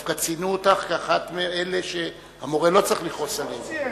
ודווקא ציינו אותך כאחת מאלה שהמורה לא צריך לכעוס עליהם.